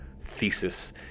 thesis